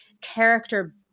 character